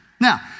Now